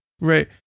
Right